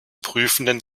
prüfenden